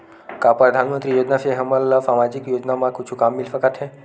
का परधानमंतरी योजना से हमन ला सामजिक योजना मा कुछु काम मिल सकत हे?